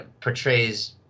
portrays